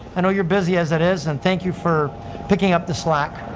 i know you're busy as it is, and thank you for picking up the slack.